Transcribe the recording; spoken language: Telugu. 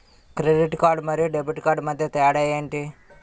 క్రెడిట్ కార్డ్ మరియు డెబిట్ కార్డ్ మధ్య తేడా ఎంటి?